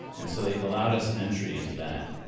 and so they allowed us entry into that.